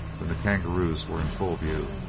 when the kangaroos were in full view.